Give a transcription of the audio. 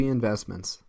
Investments